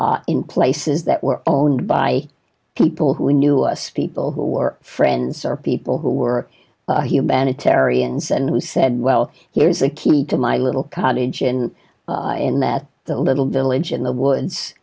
out in places that were owned by people who knew us people who were friends or people who were humanitarians and who said well here is a key to my little college and in that little village in the woods